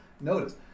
Notice